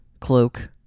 cloak